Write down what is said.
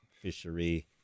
fishery